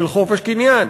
של חופש קניין,